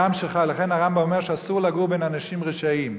לכן הרמב"ם אומר שאסור לגור בין אנשים רשעים.